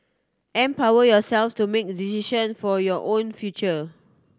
empower yourself to make decisions for your own future